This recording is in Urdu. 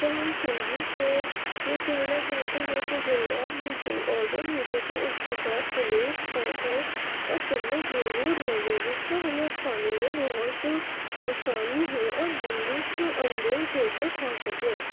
تو ہم سویگی سے یہ کہنا چاہتے ہیں کہ جب آپ بھی کوئی آڈر بھیجیں تو اس کے ساتھ پلیٹ کانٹا اور چمچ ضرور بھیجیں جس سے ہمیں کھانے میں بہت آسانی ہو اور ہم لطف اندوز ہو کے کھا سکیں